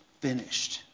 finished